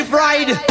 ride